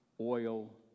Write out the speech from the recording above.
oil